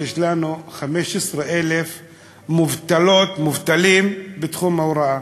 יש לנו 15,000 מובטלות ומובטלים בתחום ההוראה.